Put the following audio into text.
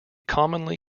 commonly